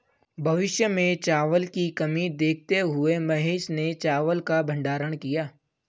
भविष्य में चावल की कमी देखते हुए महेश ने चावल का भंडारण किया